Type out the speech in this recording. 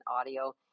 audio